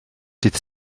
dydd